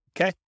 okay